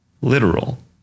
literal